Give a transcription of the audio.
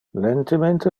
lentemente